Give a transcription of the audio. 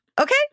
Okay